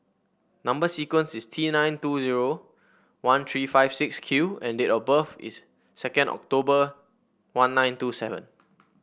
number sequence is T nine two zero one three five six Q and date of birth is second October one nine two seven